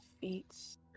Feats